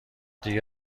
دیگه